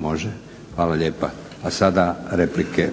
Može? Hvala lijepa. A sada replike.